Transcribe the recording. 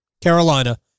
Carolina